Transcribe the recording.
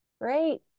great